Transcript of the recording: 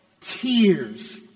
tears